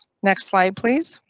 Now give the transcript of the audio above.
next slide, please.